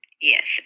Yes